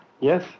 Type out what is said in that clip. Yes